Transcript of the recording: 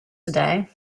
today